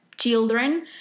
children